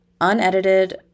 unedited